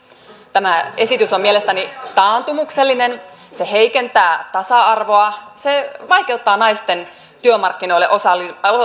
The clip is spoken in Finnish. tämä esitys on mielestäni taantumuksellinen se heikentää tasa arvoa se vaikeuttaa naisten työmarkkinoille